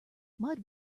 mud